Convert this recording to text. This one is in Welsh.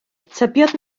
tybiodd